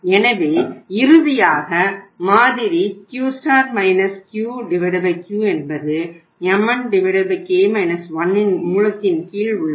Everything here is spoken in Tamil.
எனவே இறுதியாக மாதிரி Q Q Q என்பது mn k 1 இன் மூலத்தின் கீழ் உள்ளது